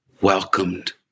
welcomed